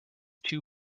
two